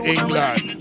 England